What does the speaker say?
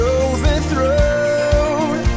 overthrown